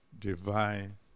divine